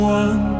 one